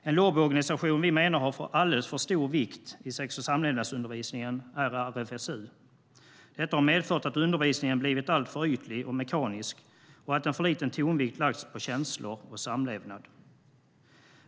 En lobbyorganisation som vi menar fått alldeles för stort utrymme i sex och samlevnadsundervisningen är RFSU. Detta har medfört att undervisningen blivit alltför ytlig och mekanisk och att för lite tonvikt lagts på känslor och samlevnad.